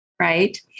Right